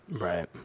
right